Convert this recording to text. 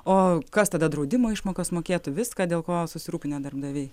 o kas tada draudimo išmokas mokėtų viską dėl ko susirūpinę darbdaviai